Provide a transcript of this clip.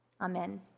Amen